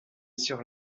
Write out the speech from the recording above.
sur